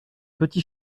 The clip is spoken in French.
petit